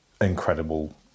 incredible